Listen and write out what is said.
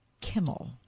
Kimmel